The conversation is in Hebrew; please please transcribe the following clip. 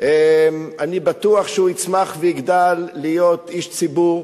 ואני בטוח שהוא יצמח ויגדל להיות איש ציבור,